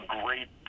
great